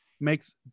makes